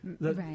Right